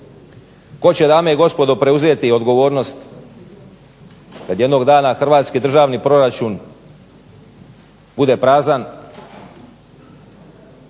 Tko će dame i gospodo preuzeti odgovornost kada jednog dana hrvatski državni proračun bude prazan,